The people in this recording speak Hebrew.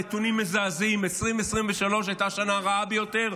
הנתונים מזעזעים, 2023 הייתה השנה הרעה ביותר,